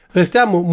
restiamo